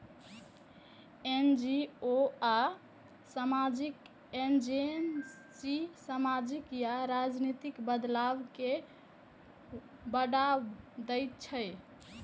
NGO आ सामाजिक agency सामाजिक या राजनीतिक बदलाव कें बढ़ावा दै छै